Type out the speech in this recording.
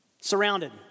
Surrounded